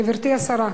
גברתי השרה,